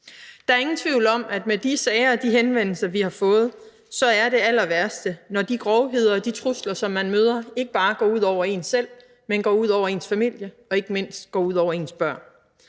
Der er ingen tvivl om, at i de sager og henvendelser, vi har fået, er det allerværste, når de grovheder og trusler, som man møder, ikke bare går ud over en selv, men går ud over ens familie og ikke mindst går ud over ens børn.